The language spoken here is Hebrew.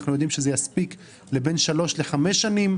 אנו יודעים שזה יספיק בין 3 ל-5 שנים,